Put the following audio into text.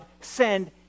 send